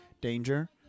danger